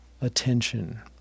attention